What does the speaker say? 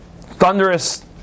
thunderous